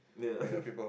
yeah